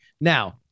now